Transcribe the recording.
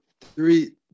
three